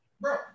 Bro